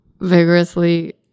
vigorously